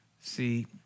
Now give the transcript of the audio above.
See